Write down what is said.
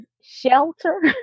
shelter